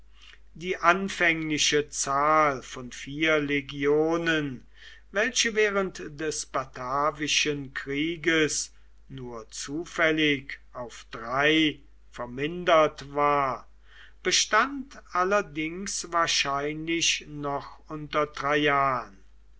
die anfängliche zahl von vier legionen welche während des batavischen krieges nur zufällig auf drei vermindert war bestand allerdings wahrscheinlich noch unter